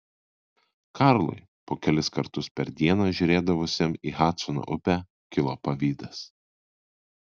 karlui po kelis kartus per dieną žiūrėdavusiam į hadsono upę kilo pavydas